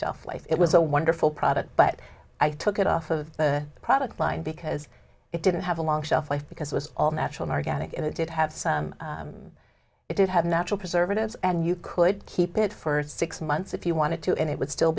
shelf life it was a wonderful product but i took it off of the product line because it didn't have a long shelf life because it was all natural or get it and it did have some it did have natural preservatives and you could keep it for six months if you wanted to and it would still